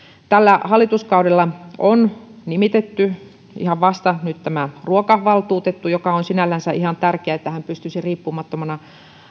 tällä hallituskaudella on nimitetty ihan vasta nyt tämä ruokavaltuutettu ja se on sinällänsä ihan tärkeää että hän pystyisi riippumattomana